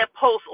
post